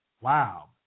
Wow